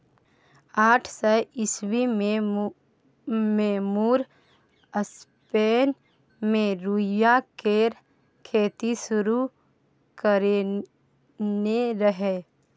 आठ सय ईस्बी मे मुर स्पेन मे रुइया केर खेती शुरु करेने रहय